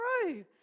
true